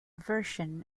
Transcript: version